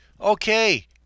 okay